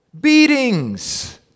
beatings